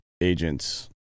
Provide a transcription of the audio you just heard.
agents